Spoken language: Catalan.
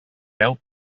veu